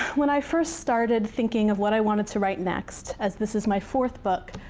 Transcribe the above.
when i first started thinking of what i wanted to write next, as this is my fourth book,